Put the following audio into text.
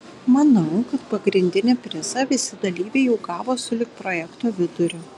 manau kad pagrindinį prizą visi dalyviai jau gavo sulig projekto viduriu